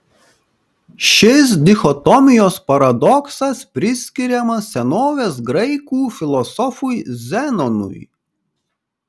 šis dichotomijos paradoksas priskiriamas senovės graikų filosofui zenonui